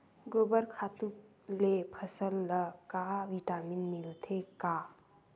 गोबर खातु ले फसल ल का विटामिन मिलथे का?